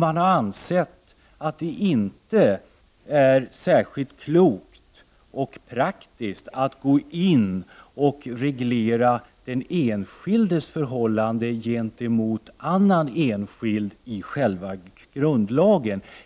Man har ansett att det inte är särskilt klokt och praktiskt att i grundlagen reglera en enskilds förhållande gentemot en annan enskild,